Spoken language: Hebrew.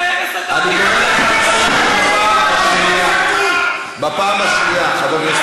אני קורא אותך לסדר בפעם השנייה, חבר הכנסת